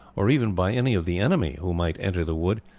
or even by any of the enemy who might enter the wood,